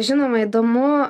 žinoma įdomu